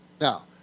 Now